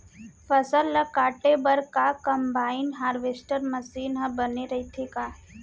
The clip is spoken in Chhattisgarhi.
फसल ल काटे बर का कंबाइन हारवेस्टर मशीन ह बने रइथे का?